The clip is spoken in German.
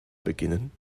beginnen